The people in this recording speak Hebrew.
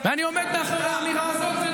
אני עומד מאחורי האמירה הזאת,